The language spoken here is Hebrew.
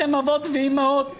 אתם אבות ואימהות.